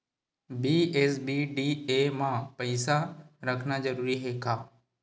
BSBDA मा पईसा रखना जरूरी हे का?